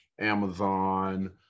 Amazon